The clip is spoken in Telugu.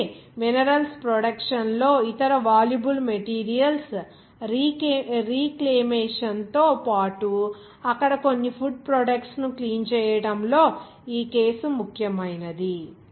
కాబట్టి మినరల్స్ ప్రొడక్షన్ లో ఇతర వాల్యూబుల్ మెటీరియల్స్ రీ క్లేమేషన్ తో పాటు అక్కడ కొన్ని ఫుడ్ ప్రొడక్ట్స్ ను క్లీన్ చేయడం లో ఈ కేసు ఇది ముఖ్యమైనది